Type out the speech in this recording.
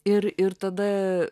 ir ir tada